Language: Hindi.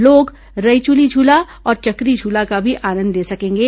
लोग रइचुली झूला और चकरी झूला का भी आनंद ले सकेंगे